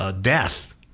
Death